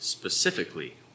Specifically